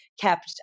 kept